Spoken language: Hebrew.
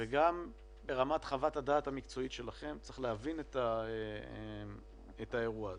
וגם ברמת חוות הדעת המקצועית שלכם צריך להבין את האירוע הזה.